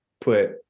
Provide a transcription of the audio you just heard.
put